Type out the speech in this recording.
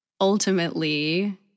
ultimately